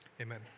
Amen